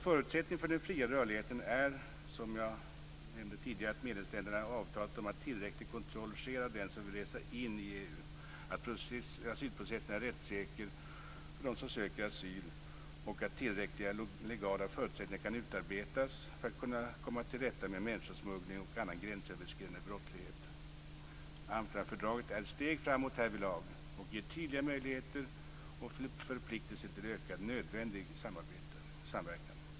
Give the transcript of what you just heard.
Förutsättningar för den fria rörligheten är, som jag nämnde tidigare, att medlemsländerna har avtalat om att tillräcklig kontroll sker av den som vill resa in i EU, att asylprocessen är rättssäker för dem som söker asyl och att tillräckliga legala förutsättningar kan utarbetas för att komma till rätta med människosmuggling och annan gränsöverskridande brottslighet. Amsterdamfördraget är ett steg framåt härvidlag och ger tydliga möjligheter och förpliktelser till ökad och nödvändig samverkan.